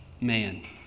man